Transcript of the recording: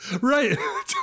Right